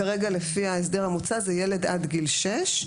כרגע לפי ההסדר המוצע זה ילד עד גיל שש,